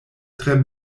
tre